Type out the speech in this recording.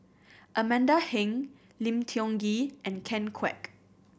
Amanda Heng Lim Tiong Ghee and Ken Kwek